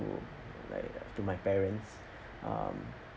to like to my parents um